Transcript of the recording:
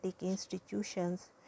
institutions